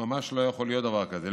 ממש לא יכול להיות דבר כזה.